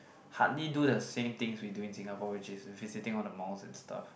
hardly do the same things we do in Singapore which is visiting all the malls and stuff